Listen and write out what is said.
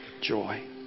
joy